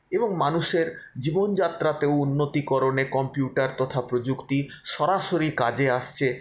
এবং মানুষের জীবনযাত্রাতেও উন্নতিকরণে কম্পিউটার তথা প্রযুক্তি সরাসরি কাজে আসছে